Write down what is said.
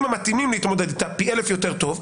המתאימים להתמודד איתם פי אלף יותר טוב.